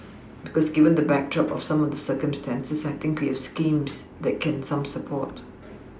because given the backdrop of some of the circumstances I think we have schemes that can some support